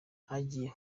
hagiye